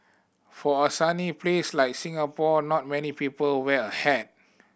for a sunny place like Singapore not many people wear a hat